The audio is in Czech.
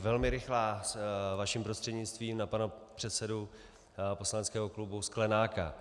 Velmi rychlá vaším prostřednictvím na pana předsedu poslaneckého klubu Sklenáka.